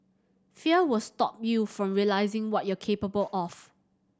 fear will stop you from realising what you capable of